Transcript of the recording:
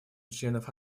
членов